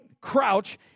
crouch